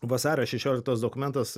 vasario šešioliktos dokumentas